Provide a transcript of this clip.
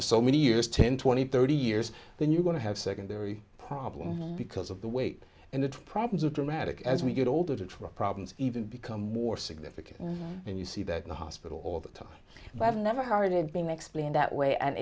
of so many years ten twenty thirty years then you're going to have secondary problem because of the weight and the problems of dramatic as we get older the truck problems even become more significant and you see that in the hospital all the time but i've never heard it being explained that way and